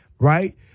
right